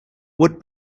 wood